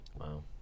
Wow